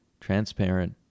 transparent